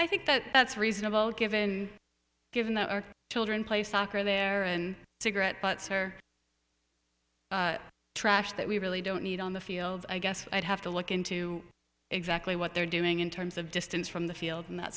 i think that that's reasonable given given that our children play soccer there and cigarette butts are trash that we really don't need on the field i guess i'd have to look into exactly what they're doing in terms of distance from the field and that